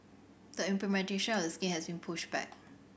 the implementation of the scheme has been pushed back